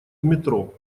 метро